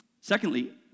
Secondly